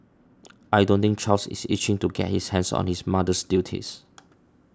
I don't think Charles is itching to get his hands on his mother's duties